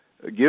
give